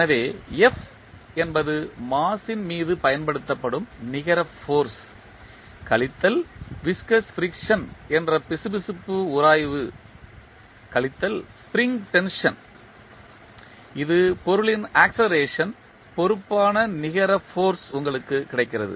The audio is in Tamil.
எனவே f என்பது மாஸ் ன் மீது பயன்படுத்தப்படும் நிகர ஃபோர்ஸ் கழித்தல் விஸ்கஸ் ஃபிரிக்சன் என்ற பிசுபிசுப்பு உராய்வு கழித்தல் ஸ்ப்ரிங் டென்ஷன் இது பொருளின் ஆக்ஸெலரேஷன் பொறுப்பான நிகர ஃபோர்ஸ் உங்களுக்கு கிடைக்கிறது